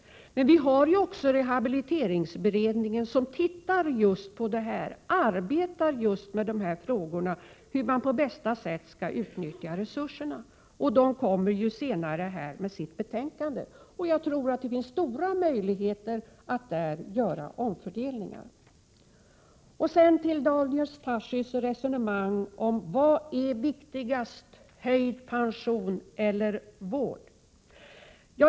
Men vi har en rehabiliteringsberedning som arbetar just med frågan om hur resurserna skall utnyttjas på bästa sätt. Beredningen kommer senare att lägga fram sitt betänkande, och jag tror att det kommer att visa att det finns stora möjligheter till omfördelningar. Så till Daniel Tarschys resonemang om vad som är viktigast — höjd pension eller vård.